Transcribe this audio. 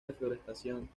deforestación